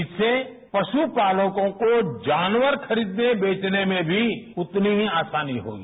इससे प्रगुपालकों को जानवर खरीदने बेवने में भी उतनी ही आसानी शेगी